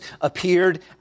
appeared